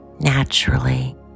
naturally